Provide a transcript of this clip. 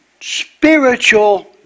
spiritual